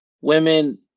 women